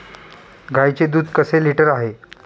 गाईचे दूध कसे लिटर आहे?